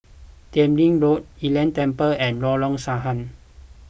Teck Lim Road Lei Yin Temple and Lorong Sahad